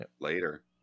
later